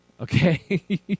Okay